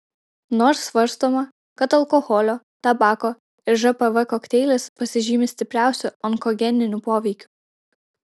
nors svarstoma kad alkoholio tabako ir žpv kokteilis pasižymi stipriausiu onkogeniniu poveikiu